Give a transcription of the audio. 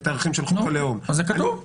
את הערכים של חוק הלאום -- זה כתוב.